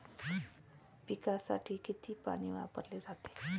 पिकांसाठी किती पाणी वापरले जाते?